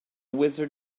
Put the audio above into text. wizard